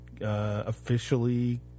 officially